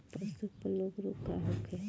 पशु प्लग रोग का होखे?